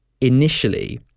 initially